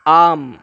आम्